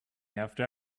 after